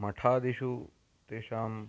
मठादिषु तेषां